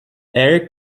air